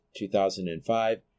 2005